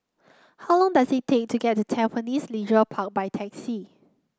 how long does it take to get to Tampines Leisure Park by taxi